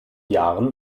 jahren